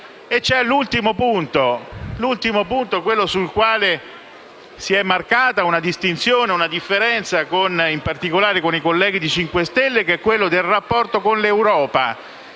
L'ultimo punto, quello sul quale si è marcata una distinzione e una differenza, in particolare con i colleghi del Movimento 5 Stelle, riguarda il rapporto con l'Europa.